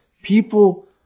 People